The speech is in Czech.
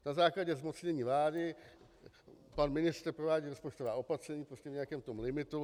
Na základě zmocnění vlády pan ministr provádí rozpočtová opatření v nějakém tom limitu.